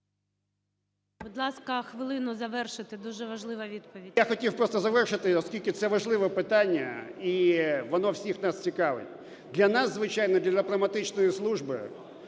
Будь ласка, хвилину завершити. Дуже важлива відповідь. КЛІМКІН П.А. Я хотів просто завершити, оскільки це важливе питання і воно всіх нас цікавить. Для нас, звичайно, для дипломатичної служби